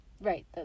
Right